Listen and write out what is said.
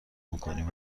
میکنیم